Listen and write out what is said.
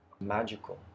magical